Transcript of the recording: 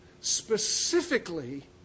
specifically